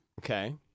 Okay